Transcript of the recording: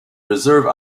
reserve